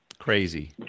crazy